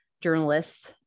journalists